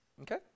Okay